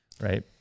right